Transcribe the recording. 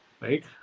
right